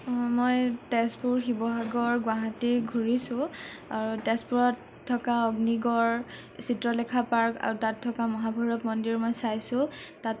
মই তেজপুৰ শিৱসাগৰ গুৱাহাটী ঘূৰিছোঁ আৰু তেজপুৰত থকা অগ্নিগড় চিত্ৰলেখা পাৰ্ক আৰু তাত থকা মহাভৈৰৱ মন্দিৰ মই চাইছোঁ তাত